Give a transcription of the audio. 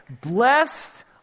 blessed